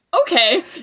Okay